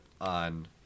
on